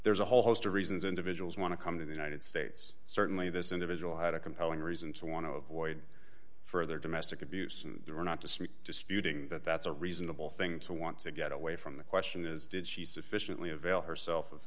there's a whole host of reasons individuals want to come to the united states certainly this individual had a compelling reason to want to avoid further domestic abuse and they were not to speak disputing that that's a reasonable thing to want to get away from the question is did she sufficiently avail herself